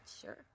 sure